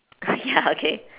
ya okay